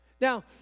Now